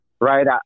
right